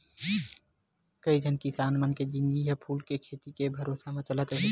कइझन किसान मन के जिनगी ह फूल के खेती के भरोसा म चलत हे